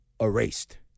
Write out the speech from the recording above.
erased